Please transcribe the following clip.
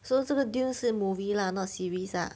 so 这个 dune 是 movie lah not series lah